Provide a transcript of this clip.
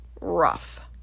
rough